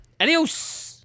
Adios